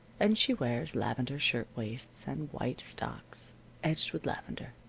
and she wears lavender shirtwaists and white stocks edged with lavender.